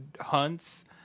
hunts